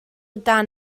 dan